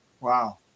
Wow